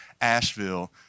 Asheville